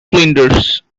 flinders